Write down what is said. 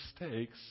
mistakes